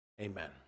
Amen